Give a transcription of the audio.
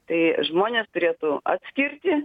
tai žmonės turėtų atskirti